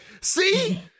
see